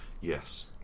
Yes